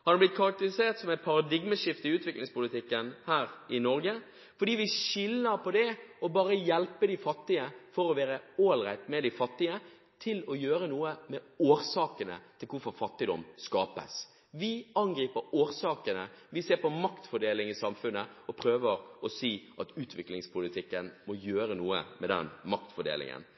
Den har blitt karakterisert som et paradigmeskifte i utviklingspolitikken her i Norge, fordi vi skiller på det å bare hjelpe de fattige for å være ålreit med de fattige og det å gjøre noe med årsakene til hvorfor fattigdom skapes. Vi angriper årsakene, vi ser på maktfordelingen i samfunnet og vi prøver å si at utviklingspolitikken må gjøre noe med den maktfordelingen.